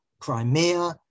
Crimea